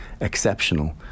exceptional